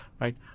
right